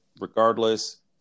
Regardless